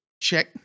Check